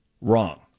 wrong